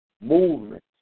movement